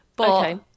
Okay